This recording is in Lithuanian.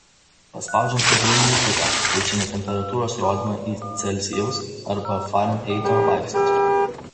paspaudžiant vidurinį mygtuką keičiame temperatūros rodymą į celsijaus arba farenheito laipsnius